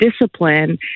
discipline